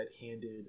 handed